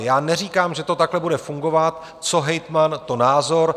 Já neříkám, že to takhle bude fungovat, co hejtman, to názor.